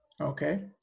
Okay